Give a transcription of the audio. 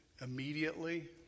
immediately